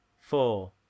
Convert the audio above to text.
four